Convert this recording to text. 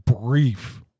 brief